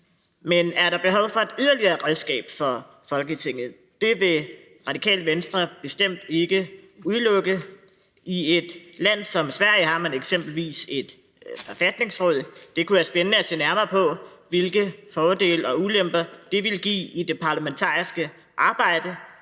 Men er der behov for et yderligere redskab for Folketinget? Det vil Radikale Venstre bestemt ikke udelukke. I et land som Sverige har man eksempelvis et forfatningsråd, og det kunne være spændende at se nærmere på, hvilke fordele og ulemper det ville give i det parlamentariske arbejde.